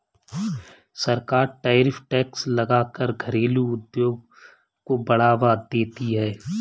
सरकार tariff tax लगा कर घरेलु उद्योग को बढ़ावा देती है